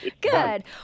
Good